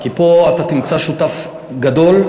כי פה אתה תמצא שותף גדול,